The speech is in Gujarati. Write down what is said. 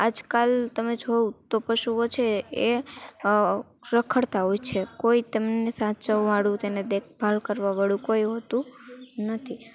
આજ કાલ તમે જુઓ તો પશુઓ છે એ રખડતા હોય છે કોઈ તેમને સાચવવાવાળું તેને દેખભાળ કરવાવાળું કોઈ હોતું નથી